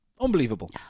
Unbelievable